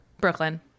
Brooklyn